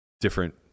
different